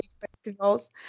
festivals